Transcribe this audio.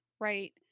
right